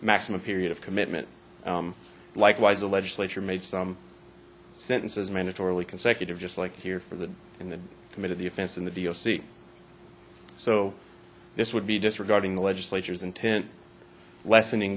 maximum period of commitment likewise a legislature made some sentences mandatorily consecutive just like here for the in the committed the offense in the d o c so this would be disregarding the legislature's intent lessening